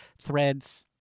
threads